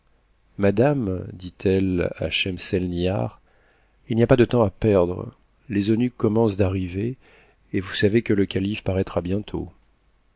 madame dit-elle à schemselnihar il n'y a pas de temps à perdre les eunuques commencent d'arriver et vous savez que le calife paraîtra bientôt